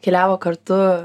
keliavo kartu